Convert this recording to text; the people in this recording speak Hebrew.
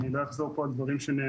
אני לא אחזור פה על דברים שנאמרו.